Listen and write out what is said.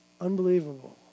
Unbelievable